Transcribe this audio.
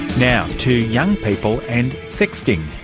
now to young people and sexting.